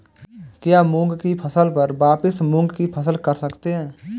क्या मूंग की फसल पर वापिस मूंग की फसल कर सकते हैं?